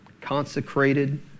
consecrated